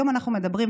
היום אנחנו מדברים,